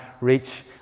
reach